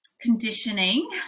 conditioning